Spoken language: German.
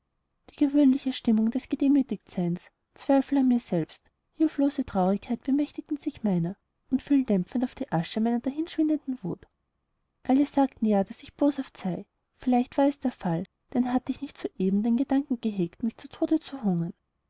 die gewöhnliche stimmung des gedemütigtseins zweifel an mir selbst hilflose traurigkeit bemächtigten sich meiner und fielen dämpfend auf die asche meiner dahinschwindenden wut alle sagten ja daß ich boshaft sei vielleicht war es der fall denn hatte ich nicht soeben den gedanken gehegt mich zu tode zu hungern